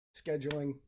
scheduling